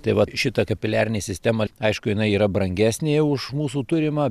tai vat šita kapiliarinė sistema aišku jinai yra brangesnė už mūsų turimą